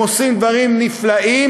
הם עושים דברים נפלאים,